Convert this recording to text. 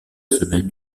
semaine